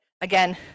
again